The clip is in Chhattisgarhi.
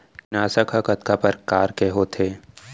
कीटनाशक ह कतका प्रकार के होथे?